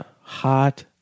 hot